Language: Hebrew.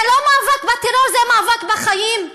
זה לא מאבק בטרור, זה מאבק בחיים.